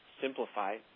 simplify